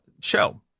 show